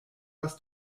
was